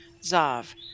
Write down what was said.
Zav